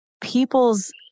People's